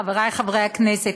חברי חברי הכנסת,